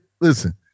listen